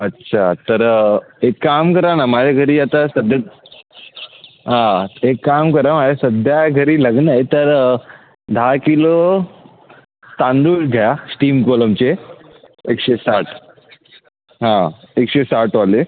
अच्छा तर एक काम करा ना माझ्या घरी आता सध्या आं एक काम करा माझ्या सध्या घरी लग्न आहे तर दहा किलो तांदूळ घ्या स्टीम कोलमचे एकशे साठ हां एकशे साठवाले